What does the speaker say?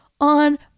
on